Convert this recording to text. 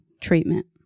treatment